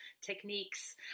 techniques